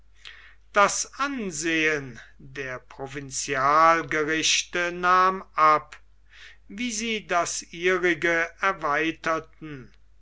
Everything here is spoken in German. das ansehen der provinzialgerichte nahm ab wie sie das ihrige erweiterten